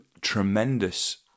tremendous